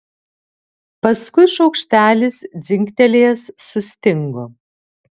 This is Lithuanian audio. paskui šaukštelis dzingtelėjęs sustingo